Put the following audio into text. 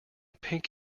pink